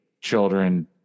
children